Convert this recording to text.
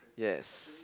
yes